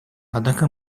однако